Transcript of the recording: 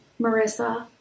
Marissa